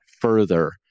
further